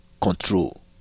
control